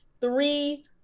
three